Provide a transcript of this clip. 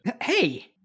Hey